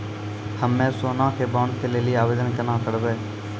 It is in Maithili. हम्मे सोना के बॉन्ड के लेली आवेदन केना करबै?